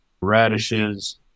radishes